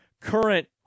Current